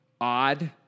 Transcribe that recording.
odd